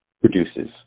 produces